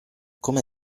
come